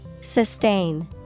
Sustain